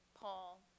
Paul